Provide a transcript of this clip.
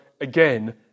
again